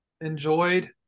Enjoyed